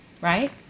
right